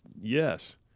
yes